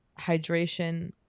hydration